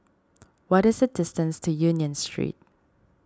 what is the distance to Union Street